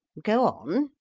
go on.